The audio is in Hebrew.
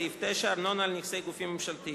סעיף 9 (ארנונה על נכסי גופים ממשלתיים).